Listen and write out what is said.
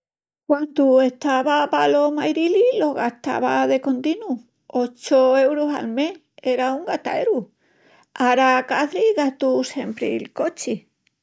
Quandu estava palos Mairilis lo gastava de continu, ochu eurus al mes era un gastaeru, ara a Caçris gastu sempri'l cochi.